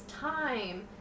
time